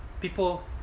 People